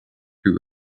who